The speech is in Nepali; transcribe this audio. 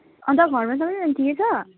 अनि त घरमा सबैजना ठिकै छ